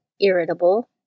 irritable